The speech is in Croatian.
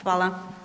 Hvala.